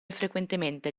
frequentemente